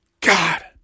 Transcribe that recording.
God